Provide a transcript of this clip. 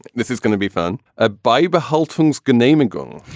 this is gonna be fun. a beiber hilton's good name and google.